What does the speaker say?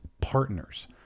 partners